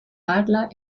adler